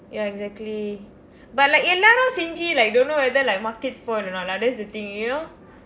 ya exactly but like எல்லாரும் செய்து:ellaarum seythu like don't know whether like market spoil or not lah that's the thing you know